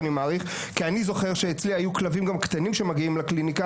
כי אני זוכר שאצלי היו גם כלבים קטנים שמגיעים לקליניקה